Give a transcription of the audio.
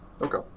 Okay